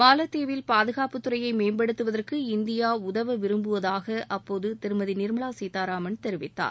மாலத்தீவில் பாதுகாப்பு துறையை மேம்படுத்துவதற்கு இந்தியா உதவ விருங்புவதாக அப்போது திருமதி நிர்மலா சீதாராமன் விருப்பம் தெரிவித்தார்